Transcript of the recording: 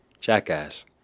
jackass